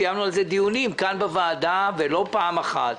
קיימנו על זה דיונים כאן בוועדה לא פעם אחת.